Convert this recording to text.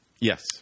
yes